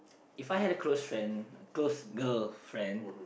If I had a close friend girl friend